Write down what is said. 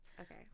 Okay